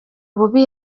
bubi